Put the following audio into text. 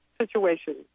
situation